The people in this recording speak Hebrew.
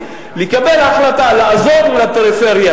לקבל החלטה לעזור לפריפריה,